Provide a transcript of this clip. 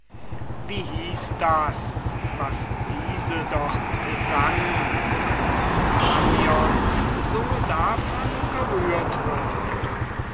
wie hieß das was diese dort sang als nannion so davon gerührt wurde